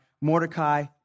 Mordecai